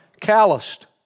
calloused